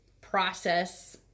process